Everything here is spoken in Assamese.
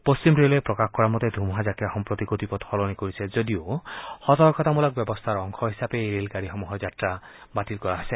পশ্চিম ৰেলৱে প্ৰকাশ কৰা মতে ধুমুহা জাকে সম্প্ৰতি গতিপথ সলনি কৰিছে যদিও সতৰ্কতামূলক ব্যৱস্থাৰ অংশ হিচাপে এই ৰেলগাড়ীসমূহৰ যাত্ৰা বাতিল কৰা হৈছে